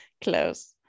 Close